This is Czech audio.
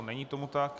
Není tomu tak.